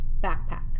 Backpack